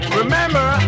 remember